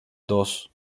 dos